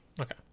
okay